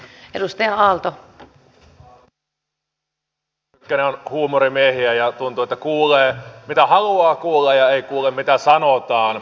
edustaja mykkänen on huumorimiehiä ja tuntuu että kuulee mitä haluaa kuulla ja ei kuule mitä sanotaan